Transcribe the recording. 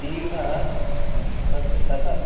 पीठं तत् तथा